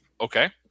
Okay